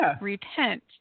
repent